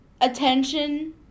attention